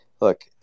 Look